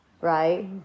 right